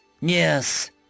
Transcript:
Yes